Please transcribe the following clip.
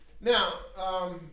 now